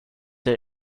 they